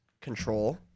control